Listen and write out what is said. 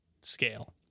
scale